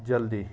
جَلدی